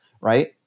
right